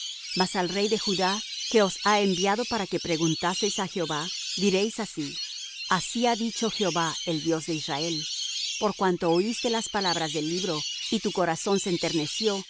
mas al rey de judá que os ha enviado para que preguntaseis á jehová diréis así así ha dicho jehová el dios de israel por cuanto oíste las palabras del libro y tu corazón se enterneció y